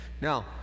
now